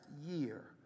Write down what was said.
year